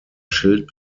schild